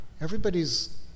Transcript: Everybody's